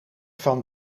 van